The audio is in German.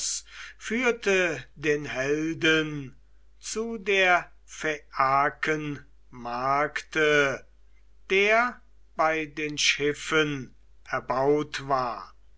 führte den helden zu der phaiaken markte der bei den schiffen erbaut war